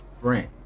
friend